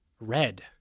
Red